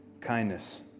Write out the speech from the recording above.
kindness